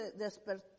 despertó